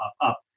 up